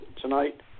tonight